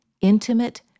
intimate